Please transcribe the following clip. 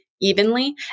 evenly